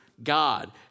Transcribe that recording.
God